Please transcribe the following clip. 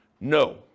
No